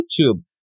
YouTube